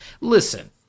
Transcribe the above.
Listen